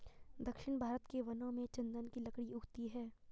दक्षिण भारत के वनों में चन्दन की लकड़ी उगती है